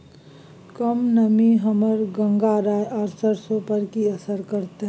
कम नमी हमर गंगराय आ सरसो पर की असर करतै?